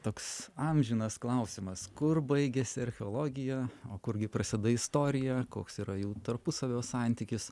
toks amžinas klausimas kur baigiasi archeologija o kurgi prasideda istorija koks yra jų tarpusavio santykis